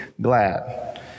glad